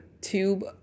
tube